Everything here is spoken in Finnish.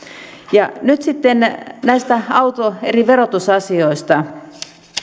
nyt sitten näistä eri verotusasioista